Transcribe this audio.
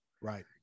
Right